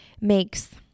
makes